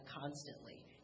constantly